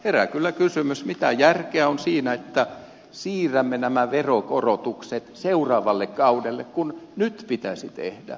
herää kyllä kysymys mitä järkeä on siinä että siirrämme nämä veronkorotukset seuraavalle kaudelle kun nyt pitäisi tehdä jotain